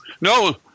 No